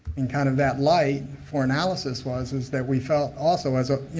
and kind of that lie for analysis was is that we felt also has a you